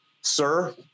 sir